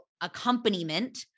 accompaniment